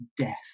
death